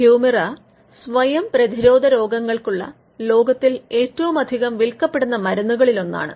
Humira സ്വയംപ്രതിരോധ രോഗങ്ങൾക്കുള്ള ലോകത്തിൽ എറ്റവുമധികം വിൽക്കപ്പെടുന്ന മരുന്നുകളിൽ ഒന്നാണ്